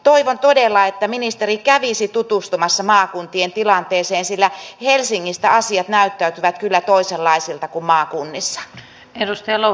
toivon todella että ministeri kävisi tutustumassa maakuntien tilanteeseen sillä helsingissä asiat näyttäytyvät kyllä toisenlaisina kuin maakunnissa